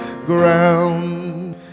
Ground